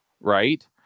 right